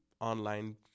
online